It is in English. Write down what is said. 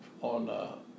on